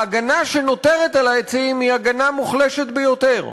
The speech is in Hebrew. ההגנה שנותרת על העצים היא הגנה מוחלשת ביותר.